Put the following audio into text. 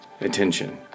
attention